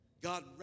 God